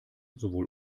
sowohl